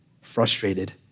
Frustrated